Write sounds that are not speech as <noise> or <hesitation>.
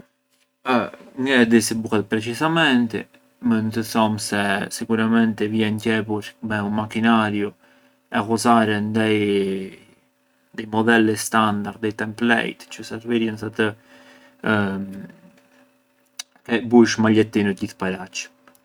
Ngë e di si bunet precisamenti, mënd të thom se sicuramenti vjen qepur me un macchinariu e ghuzaren dei modelli standard, dei template, çë servirjën sa të <hesitation> <unintelligible> bush maljetinët gjithë paraç.